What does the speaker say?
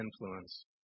influence